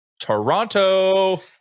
Toronto